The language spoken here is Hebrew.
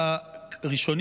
אדוני היושב-ראש.